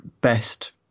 best